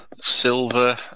silver